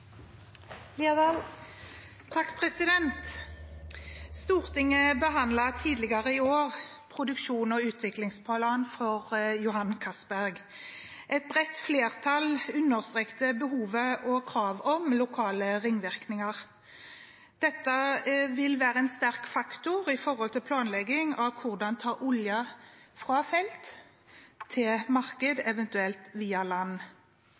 Stortinget behandlet tidligere i år produksjons- og utviklingsplan for Johan Castberg-feltet. Et bredt flertall understreket behovet for og kravet om lokale ringvirkninger. Dette vil være en sterk faktor med hensyn til planlegging av hvordan man tar olje fra felt til marked, eventuelt via land.